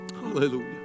Hallelujah